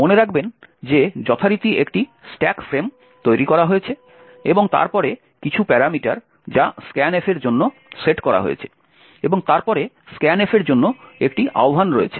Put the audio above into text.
মনে রাখবেন যে যথারীতি একটি স্ট্যাক ফ্রেম তৈরি করা হয়েছে এবং তারপরে কিছু প্যারামিটার যা scanf এর জন্য সেট করা হয়েছে এবং তারপরে scanf এর জন্য একটি আহ্বান রয়েছে